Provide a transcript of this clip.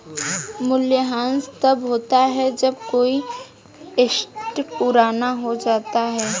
मूल्यह्रास तब होता है जब कोई एसेट पुरानी हो जाती है